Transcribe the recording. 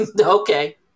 okay